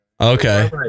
Okay